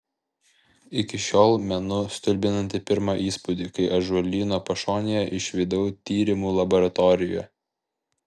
iki šiol menu stulbinantį pirmą įspūdį kai ąžuolyno pašonėje išvydau tyrimų laboratoriją